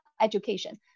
education